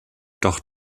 doch